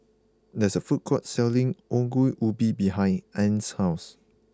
there is a food court selling Ongol Ubi behind Ann's house